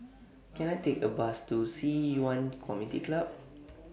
Can I Take A Bus to Ci Yuan Community Club